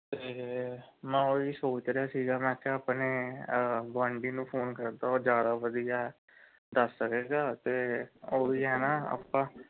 ਅਤੇ ਮੈਂ ਉਹ ਹੀ ਸੋਚ ਰਿਹਾ ਸੀਗਾ ਮੈਂ ਕਿਹਾ ਆਪਣੇ ਗੁਆਂਢੀ ਨੂੰ ਫ਼ੋਨ ਕਰਦਾ ਉਹ ਜ਼ਿਆਦਾ ਵਧੀਆ ਦੱਸ ਸਕੇਗਾ ਅਤੇ ਉਹ ਵੀ ਹੈ ਨਾ ਆਪਾਂ